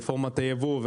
רפורמת הייבוא,